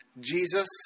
Jesus